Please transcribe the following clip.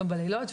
גם בלילות,